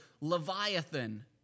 Leviathan